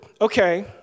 okay